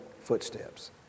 footsteps